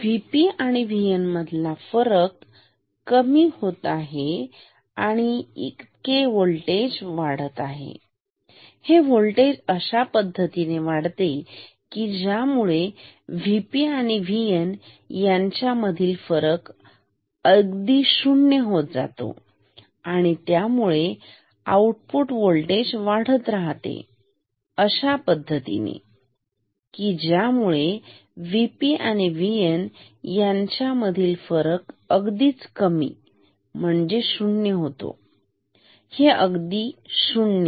VP आणि VN मधला फरक कमी होत आहे आणि इतके होल्टेज वाढत आहे हे होल्टेज अशा पद्धतीने वाढते की ज्यामुळे VP आणि VN यांच्या मधील फरक अगदी शून्य होत जातो आणि त्यामुळे Vo आउटपुट वोल्टेज वाढत जातो अशा पद्धतीने की ज्यामुळे VP आणि VN यांच्या मधील फरक अगदीच कमी म्हणजे शून्य होता हे अगदी शून्य